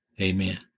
Amen